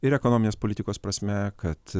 ir ekonominės politikos prasme kad